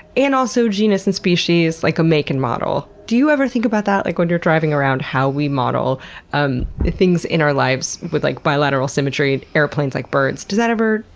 and also genus and species like a make and model. do you ever think about that, like, when you're driving around, how we model um things in our lives with, like, bilateral symmetry, airplanes like birds? does that ever,